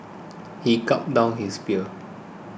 he gulped down his beer